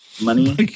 money